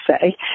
say